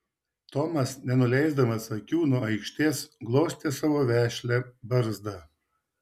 tomas nenuleisdamas akių nuo aikštės glostė savo vešlią barzdą